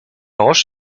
roche